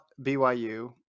BYU